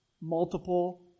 multiple